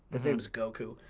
his name's goku.